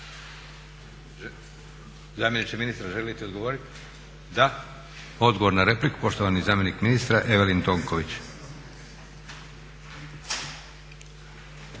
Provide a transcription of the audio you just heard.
Zamjeniče ministra, želite li odgovoriti? Da. Odgovor na repliku, poštovani zamjenik ministra Evelin Tonković.